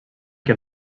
que